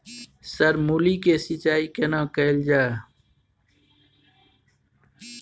Sir मूली के सिंचाई केना कैल जाए?